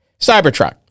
Cybertruck